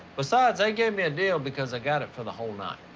besides, they gave me a deal because i got it for the whole night.